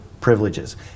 privileges